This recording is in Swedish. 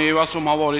reservationen.